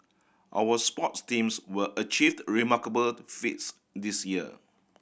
our sports teams were achieved remarkable feats this year